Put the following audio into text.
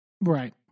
right